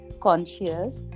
conscious